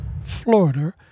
Florida